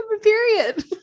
period